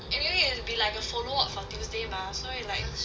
anyway it will be like a follow up from tuesday mah 所以 like